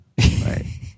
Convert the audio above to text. Right